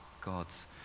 God's